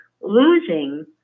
losing